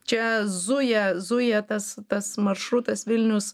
čia zuja zuja tas tas maršrutas vilnius